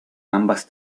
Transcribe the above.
ambas